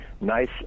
nice